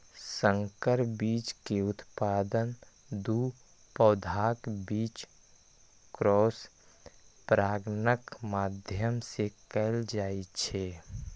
संकर बीज के उत्पादन दू पौधाक बीच क्रॉस परागणक माध्यम सं कैल जाइ छै